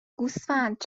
گوسفند